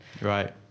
right